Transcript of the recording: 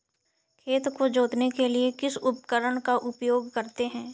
खेत को जोतने के लिए किस उपकरण का उपयोग करते हैं?